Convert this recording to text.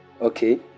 okay